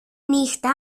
νύχτα